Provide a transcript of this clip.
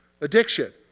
addiction